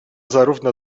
zarówno